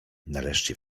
nareszcie